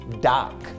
Doc